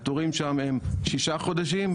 התורים שם הם שישה חודשים,